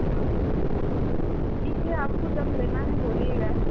हाँ ठीक है आपको जब लेना है बोलिएगा